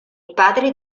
padre